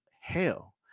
hell